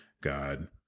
God